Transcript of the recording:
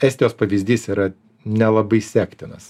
estijos pavyzdys yra nelabai sektinas